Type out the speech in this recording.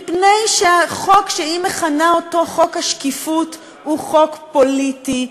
מפני שהחוק שהיא מכנה "חוק השקיפות" הוא חוק פוליטי,